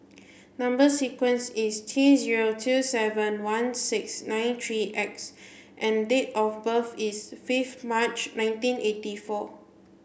number sequence is T zero two seven one six nine three X and date of birth is fifth March nineteen eighty four